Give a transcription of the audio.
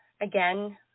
again